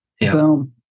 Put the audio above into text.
Boom